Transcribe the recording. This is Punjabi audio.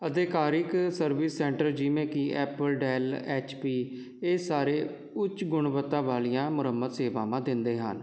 ਅਧਿਕਾਰਤ ਸਰਵਿਸ ਸੈਂਟਰ ਜਿਵੇਂ ਕਿ ਐਪਲ ਡੈਲ ਐਚ ਪੀ ਇਹ ਸਾਰੇ ਉੱਚ ਗੁਣਵੱਤਾ ਵਾਲੀਆਂ ਮੁਰੰਮਤ ਸੇਵਾਵਾਂ ਦਿੰਦੇ ਹਨ